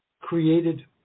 created